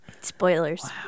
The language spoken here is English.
Spoilers